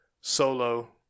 solo